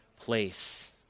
place